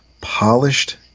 polished